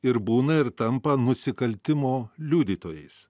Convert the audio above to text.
ir būna ir tampa nusikaltimo liudytojais